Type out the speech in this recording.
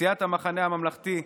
סיעת המחנה הממלכתי,